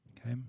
okay